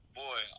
boy